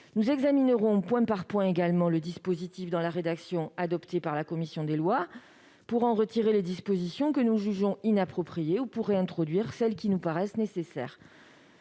Nous examinerons point par point le dispositif dans la rédaction adoptée par la commission des lois, pour en retirer les dispositions que nous jugeons inappropriées ou pour réintroduire celles qui nous paraissent nécessaires.